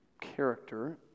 character